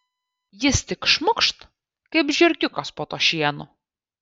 jis tik šmukšt kaip žiurkiukas po tuo šienu